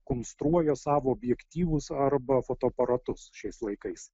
konstruoja savo objektyvus arba fotoaparatus šiais laikais